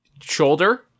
Shoulder